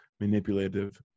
manipulative